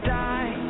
die